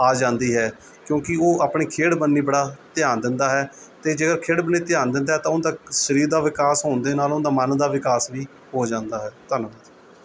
ਆ ਜਾਂਦੀ ਹੈ ਕਿਉਂਕਿ ਉਹ ਆਪਣੀ ਖੇਡ ਬੰਨੀ ਬੜਾ ਧਿਆਨ ਦਿੰਦਾ ਹੈ ਅਤੇ ਜਿਹੜਾ ਖੇਡ ਬੰਨੀ ਧਿਆਨ ਦਿੰਦਾ ਹੈ ਉਹਦਾ ਸਰੀਰ ਦਾ ਵਿਕਾਸ ਹੋਣ ਦੇ ਨਾਲ਼ ਉਹਦਾ ਮਨ ਦਾ ਵਿਕਾਸ ਵੀ ਹੋ ਜਾਂਦਾ ਹੈ ਧੰਨਵਾਦ